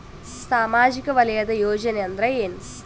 ಸಾಮಾಜಿಕ ವಲಯದ ಯೋಜನೆ ಅಂದ್ರ ಏನ?